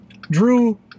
Drew